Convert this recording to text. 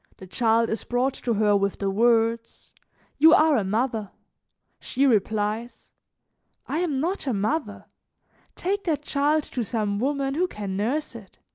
the child is brought to her with the words you are a mother she replies i am not a mother take that child to some woman who can nurse it.